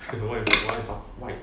otherwise ah my why